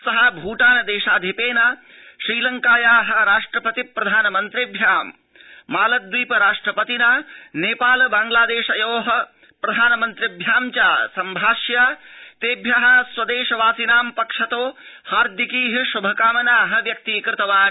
स भूटान देशाधिपेन श्रीलंकाया राष्ट्रपति प्रधानमन्त्रिभ्यां मालदीप राष्ट्रपतिना नेपाल बांग्लादेशयो प्रधानमन्त्रिभ्यां च संभाष्य तेभ्य स्वदेश वासिनां पक्षतो हार्दिकी शुभकामना व्यक्तीकृतवान्